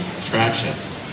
attractions